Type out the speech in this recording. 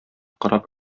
кораб